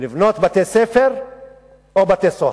לבנות בתי-ספר או בתי-סוהר.